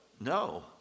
no